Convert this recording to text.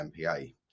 MPA